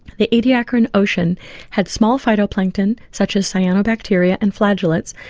the ediacaran ocean had small phytoplankton, such as cyanobacteria and flagellates,